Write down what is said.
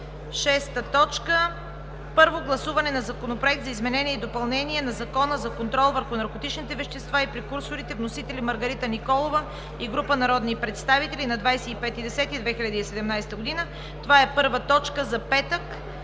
2017 г. 6. Първо гласуване на Законопроекта за изменение и допълнение на Закона за контрол върху наркотичните вещества и прекурсорите. Вносители: Маргарита Николова и група народни представители на 25 октомври 2017 г. – точка първа за петък,